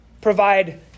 provide